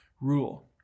rule